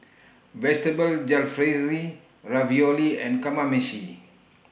Vegetable Jalfrezi Ravioli and Kamameshi